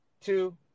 two